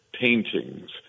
paintings